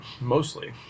Mostly